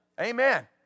Amen